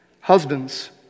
Husbands